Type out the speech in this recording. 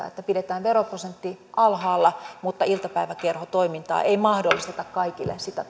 että pidetään veroprosentti alhaalla mutta iltapäiväkerhotoimintaa ei mahdollisteta kaikille sitä